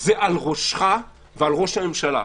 זה על ראשך ועל ראש הממשלה.